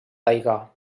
taigà